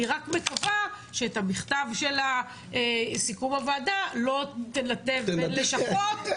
אני רק מקווה שאת המכתב של סיכום הוועדה לא תנתב ללשכות,